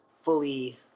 fully